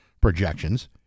projections